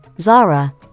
Zara